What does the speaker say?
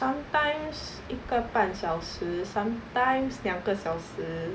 sometimes 一个半小时 sometimes 两个小时